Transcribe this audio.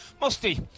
Musty